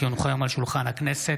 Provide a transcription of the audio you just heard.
כי הונחו היום על שולחן הכנסת,